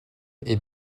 est